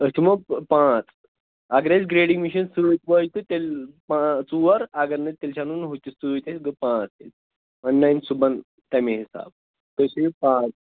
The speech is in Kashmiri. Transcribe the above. أسۍ یِمو پانٛژھ اگر أسۍ گرٛیڈِنٛگ مِشیٖن سۭتۍ وٲج تہٕ تیٚلہِ پانٛژ ژور اگر نہٕ تیٚلہِ چھُ اَنُن ہُہ تہِ سۭتۍ اَسہِ گوٚو پانٛژھ تتیٚلہِ وۅنۍ نَنہِ صُبَحن تَمے حِساب تُہۍ تھٲوِو پانٛژھ